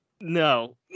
No